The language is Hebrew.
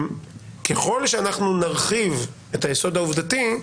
ככל שאנחנו נרחיב את היסוד העובדתי,